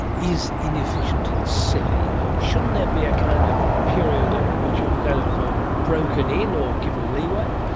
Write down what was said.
is inefficient and silly? shouldn't there be a kind of period at which you're kind of ah broken-in or given leeway?